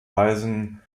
weisen